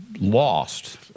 lost